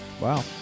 Wow